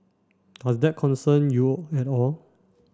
does that concern you at all